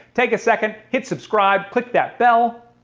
take a second, hit subscribe, click that bell.